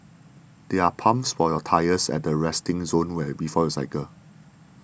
there are pumps for your tyres at the resting zone before you cycle